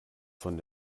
von